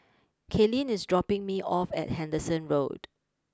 Kaylene is dropping me off at Henderson Road